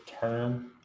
term